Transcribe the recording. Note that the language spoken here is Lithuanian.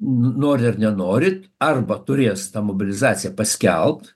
nori ar nenorit arba turės tą mobilizaciją paskelbt